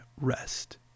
rest